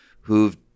who've